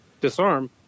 disarm